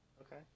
okay